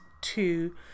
two